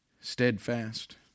steadfast